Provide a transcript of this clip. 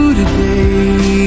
today